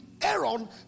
Aaron